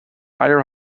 either